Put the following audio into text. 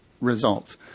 result